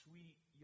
sweet